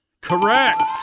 correct